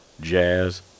Jazz